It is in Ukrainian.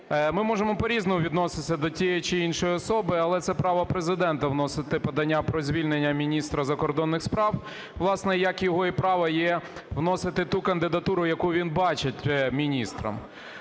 ми можемо по-різному відноситися до тієї чи іншої особи, але це право Президента – вносити подання про звільнення міністра закордонних справ. Власне як його і право є вносити ту кандидатуру, яку він бачить міністром.